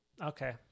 Okay